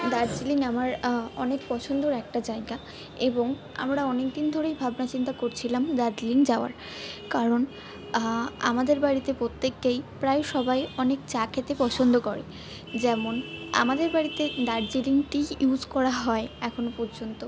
দার্জিলিং আমার অনেক পছন্দর একটা জায়গা এবং আমরা অনেক দিন ধরেই ভাবনা চিন্তা করছিলাম দার্জিলিং যাওয়ার কারণ আমাদের বাড়িতে প্রত্যেকেই প্রায় সবাই অনেক চা খেতে পছন্দ করে যেমন আমাদের বাড়িতে দার্জিলিং টি ইউস করা হয় এখনো পর্যন্ত